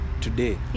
Today